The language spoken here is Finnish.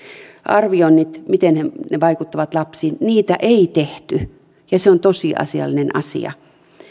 arvioinnit miten ne vaikuttavat lapsiin niitä ei tehty ja se on tosiasiallinen asia